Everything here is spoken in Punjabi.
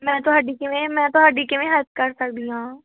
ਮੈਂ ਤੁਹਾਡੀ ਕਿਵੇਂ ਮੈਂ ਤੁਹਾਡੀ ਕਿਵੇਂ ਹੈਲਪ ਕਰ ਸਕਦੀ ਹਾਂ